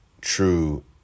true